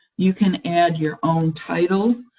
you can add your own title,